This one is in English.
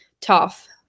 tough